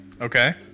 Okay